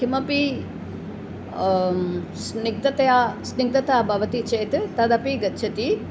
किमपि स्निग्धता स्निग्धता भवति चेत् तदपि गच्छति